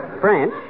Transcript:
French